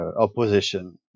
opposition